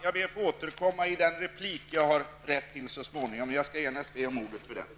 Jag ber att få återkomma till detta i en senare replik.